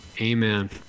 Amen